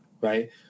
right